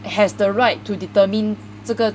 has the right to determine 这个